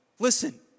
Listen